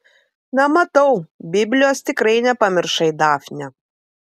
na matau biblijos tikrai nepamiršai dafne